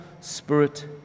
spirit